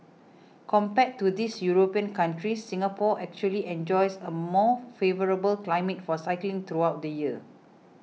compared to these European countries Singapore actually enjoys a more favourable climate for cycling throughout the year